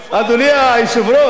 אדוני היושב-ראש,